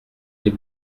est